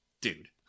Dude